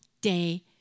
day